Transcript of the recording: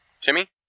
Timmy